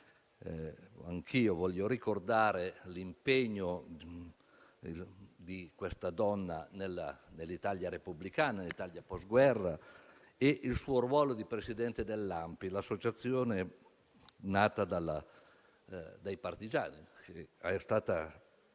anch'io voglio ricordare l'impegno di questa donna nell'Italia repubblicana e del postguerra e il suo ruolo di presidente dell'Associazione nazionale partigiani d'Italia